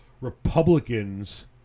Republicans